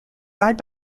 side